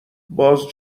باز